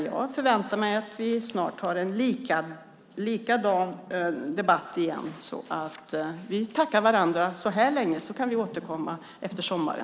Jag förväntar mig att vi snart har en likadan debatt igen. Vi tackar varandra så här långt, så kan vi återkomma efter sommaren.